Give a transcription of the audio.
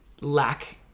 lack